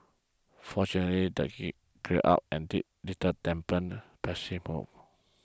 fortunately that he clear up and did little dampen